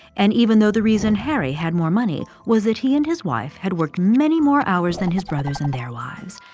and even though the reason harry had more money was that he and his wife had worked many more hours than his brothers and their wives,